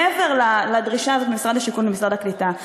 מעבר לדרישה הזאת ממשרד השיכון וממשרד הקליטה,